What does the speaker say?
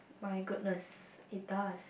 my goodness it does